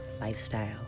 lifestyle